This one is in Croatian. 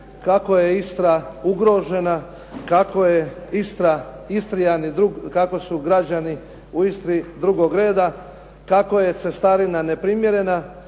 kako je Istra ugrožena, kako su građani u Istri drugog reda, kako je cestarina neprimjerena.